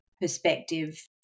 perspective